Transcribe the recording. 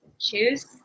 choose